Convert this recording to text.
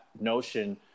notion